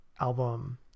album